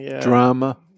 Drama